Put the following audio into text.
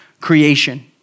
creation